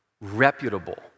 reputable